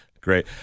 great